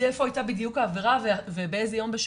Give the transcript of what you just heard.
איפה הייתה בדיוק העבירה ובאיזה יום בשנה,